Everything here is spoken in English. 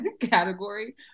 category